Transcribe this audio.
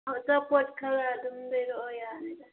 ꯑꯣ ꯑꯆꯥꯄꯣꯠ ꯈꯔ ꯑꯗꯨꯝ ꯂꯩꯔꯛꯑꯣ ꯌꯥꯔꯅꯤꯗ